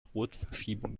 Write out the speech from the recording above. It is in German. rotverschiebung